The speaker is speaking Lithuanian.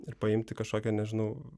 ir paimti kažkokią nežinau